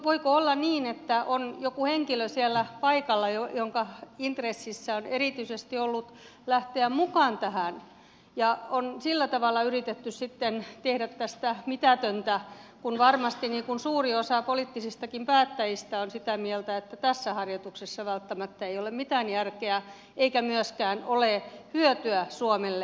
voiko olla niin että on joku henkilö siellä paikalla jonka intressissä on erityisesti ollut lähteä mukaan tähän ja on sillä tavalla yritetty sitten tehdä tästä mitätöntä kun varmasti suuri osa poliittisistakin päättäjistä on sitä mieltä että tässä harjoituksessa välttämättä ei ole mitään järkeä eikä myöskään ole hyötyä suomelle